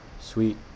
Sweet